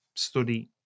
study